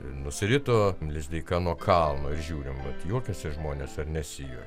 nusirito lizdeika nuo kalno ir žiūrim vat juokiasi žmonės ar nesijuokia